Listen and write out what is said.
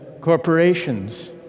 corporations